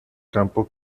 campo